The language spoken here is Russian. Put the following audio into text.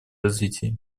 развития